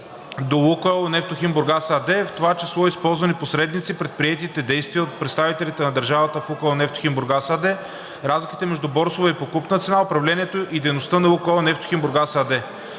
до „Лукойл Нефтохим Бургас“ АД, в това число използвани посредници, предприетите действия от представителите на държавата в „Лукойл Нефтохим Бургас“ АД, разликите между борсова и покупна цена, управлението и дейността на „Лукойл Нефтохим Бургас“ АД.